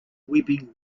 weeping